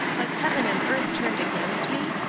has heaven and earth turned against me?